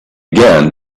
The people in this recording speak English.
again